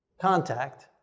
contact